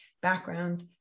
backgrounds